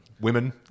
women